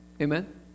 amen